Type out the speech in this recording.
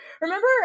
remember